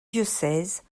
diocèse